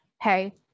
hey